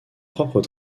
propres